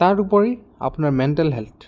তাৰোপৰি আপোনাৰ mental health